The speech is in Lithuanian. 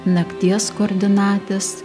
nakties koordinatės